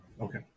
Okay